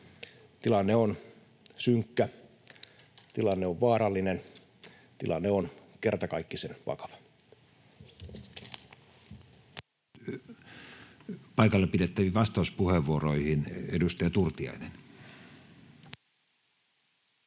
Tilanne on synkkä, tilanne on vaarallinen, tilanne on kertakaikkisen vakava. Paikalla pidettäviin vastauspuheenvuoroihin. — Edustaja Turtiainen.